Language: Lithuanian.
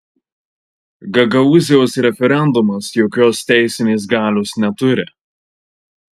gagaūzijos referendumas jokios teisinės galios neturi